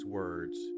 words